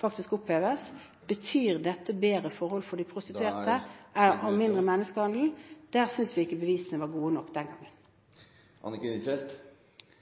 faktisk skal oppheves. Betyr dette bedre forhold for de prostituerte og mindre menneskehandel? Der synes vi ikke bevisene var gode nok den